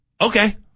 Okay